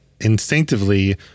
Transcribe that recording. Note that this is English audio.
instinctively –